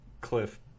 cliff